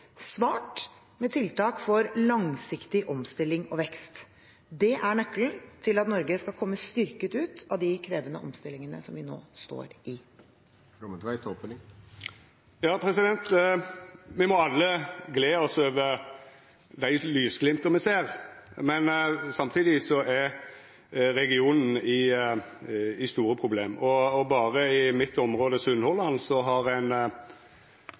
svart med tiltak for langsiktig omstilling og vekst. Det er nøkkelen til at Norge skal komme styrket ut av de krevende omstillingene som vi nå står i. Me må alle gle oss over dei lysglimta me ser, men samtidig er regionen i store problem. Berre i mitt område, Sunnhordland, har ein